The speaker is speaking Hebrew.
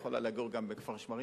יכולה לגור גם בכפר-שמריהו,